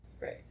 Right